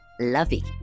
lovey